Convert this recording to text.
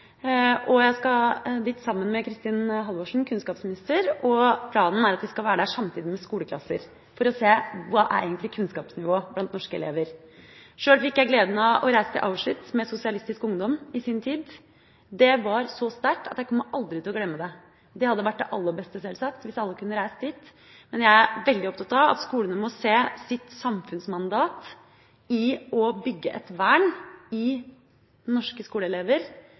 mars. Jeg skal dit sammen med kunnskapsminister Kristin Halvorsen, og planen er at vi skal være der samtidig med skoleklasser for å se hva som egentlig er kunnskapsnivået blant norske elever. Sjøl fikk jeg gleden av å reise til Auschwitz med Sosialistisk Ungdom i sin tid. Det var så sterkt at jeg kommer aldri til å glemme det. Det hadde vært det aller beste, selvsagt, hvis alle kunne reist dit, men jeg er veldig opptatt av at skolene må se sitt samfunnsmandat i å bygge et vern i norske skoleelever